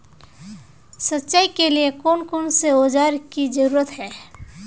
सिंचाई के लिए कौन कौन से औजार की जरूरत है?